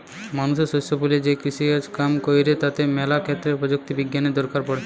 মানুষ শস্য ফলিয়ে যে কৃষিকাজ কাম কইরে তাতে ম্যালা ক্ষেত্রে প্রযুক্তি বিজ্ঞানের দরকার পড়ে